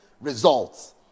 results